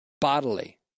bodily